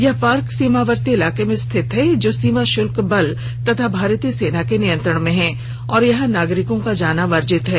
यह पार्क सीमावर्ती इलाके में स्थित है जो सीमा सुरक्षा बल तथा भारतीय सेना के नियंत्रण में है और यहां नागरिकों का जाना वर्जित है